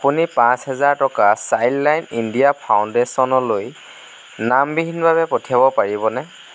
আপুনি পাঁচ হাজাৰ টকা চাইল্ড লাইন ইণ্ডিয়া ফাউণ্ডেশ্যনলৈ নামবিহীনভাৱে পঠিয়াব পাৰিবনে